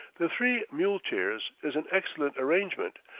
the three muleteers is an excellent arrangement,